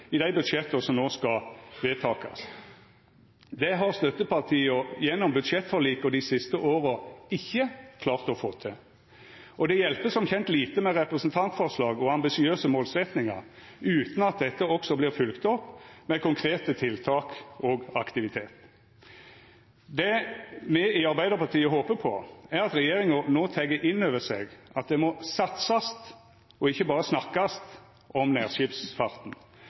i budsjetta som no skal vedtakast. Det har støttepartia gjennom budsjettforlika dei siste åra ikkje klart å få til. Og det hjelper som kjent lite med representantforslag og ambisiøse målsetjingar utan at dette også vert følgt opp med konkrete tiltak og aktivitet. Det me i Arbeidarpartiet håper på, er at regjeringa no tek inn over seg at det må satsast og ikkje berre snakkast om nærskipsfarten,